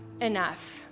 enough